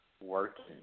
Working